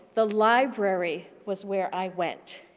the library was where i went.